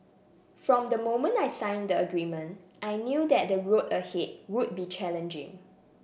from the moment I signed the agreement I knew that the road ahead would be challenging